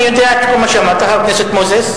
אני יודע את כל מה שאמרת, חבר הכנסת מוזס.